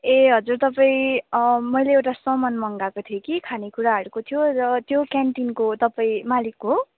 ए हजुर तपाईँ मैले एउटा सामान मगाएको थिएँ कि खानेकुराहरूको थियो र त्यो क्यान्टिनको तपाईँ मालिक हो